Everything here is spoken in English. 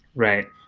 right.